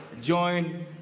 join